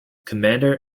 commander